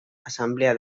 asamblea